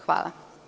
Hvala.